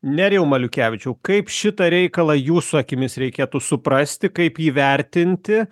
nerijau maliukevičiau kaip šitą reikalą jūsų akimis reikėtų suprasti kaip jį vertinti